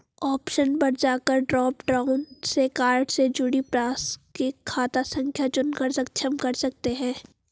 option पर जाकर drop down से कार्ड से जुड़ी प्रासंगिक खाता संख्या चुनकर सक्षम कर सकते है